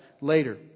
later